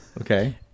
Okay